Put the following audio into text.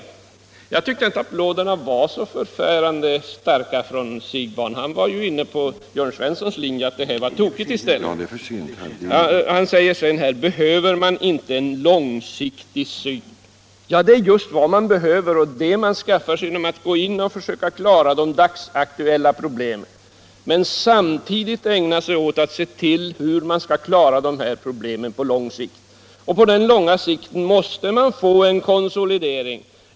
Men jag tyckte inte att applåderna från herr Siegbahn var så förfärande starka. Han var ju inne på Jörn Svenssons linje att vårt förslag var tokigt. Behöver man inte en långsiktig syn, frågar Jörn Svensson. Jo, det är just vad man behöver. Det skaffar man sig genom att gå in och försöka klara de dagsaktuella problemen, medan man samtidigt ägnar sig åt att se till hur man skall klara dessa problem på lång sikt. På den långa sikten måste man få en konsolidering.